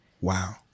Wow